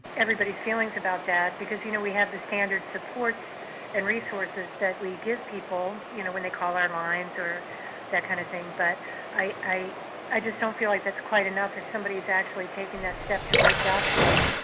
everybody's feelings about that because, you know, we have the standard supports and resources that we give people you know when they call our lines or that kind of thing, but i i just don't feel like that's quite enough. if somebody's actually taking that step to reach out to us,